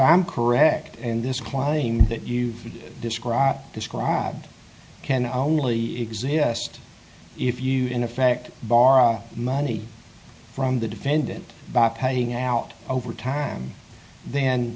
i'm correct in this quality that you described described can only exist if you in effect borrow money from the defendant by paying out over time then